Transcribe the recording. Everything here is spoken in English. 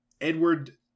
edward